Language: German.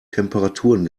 temperaturen